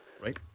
Right